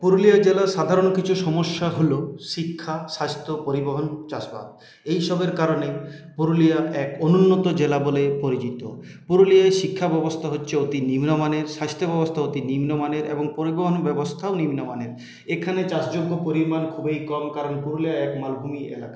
পুরুলিয়া জেলার সাধারণ কিছু সমস্যা হল শিক্ষা স্বাস্থ্য পরিবহন চাষবাদ এই সবের কারণে পুরুলিয়া এক অনুন্নত জেলা বলে পরিচিত পুরুলিয়ায় শিক্ষাব্যবস্থা হচ্ছে অতি নিম্নমানের স্বাস্থ্যব্যবস্থা অতি নিম্নমানের এবং পরিবহন ব্যবস্থাও নিম্নমানের এখানে চাষযোগ্য পরিমাণ খুবই কম কারণ পুরুলিয়া এক মালভূমি এলাকা